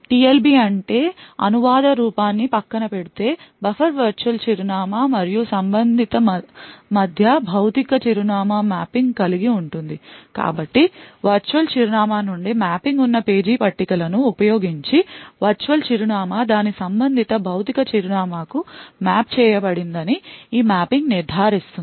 TLB అంటే అనువాద రూపాన్ని పక్కన పెడితే బఫర్ వర్చువల్ చిరునామా మరియు సంబంధితమధ్య భౌతిక చిరునామా మ్యాపింగ్ కలిగి ఉంటుంది కాబట్టి వర్చువల్ చిరునామా నుండి మ్యాపింగ్ ఉన్న పేజీ పట్టికలను ఉపయోగించి వర్చువల్ చిరునామా దాని సంబంధిత భౌతిక చిరునామాకు మ్యాప్ చేయబడిందని ఈ మ్యాపింగ్ నిర్ధారిస్తుంది